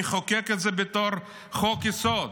נחוקק את זה בתור חוק-יסוד,